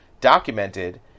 documented